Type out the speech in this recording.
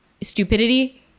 Stupidity